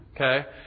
Okay